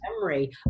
memory